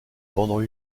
pendant